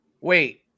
Wait